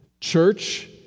Church